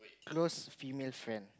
a close female friend